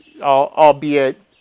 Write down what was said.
albeit